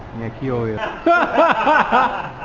you huh?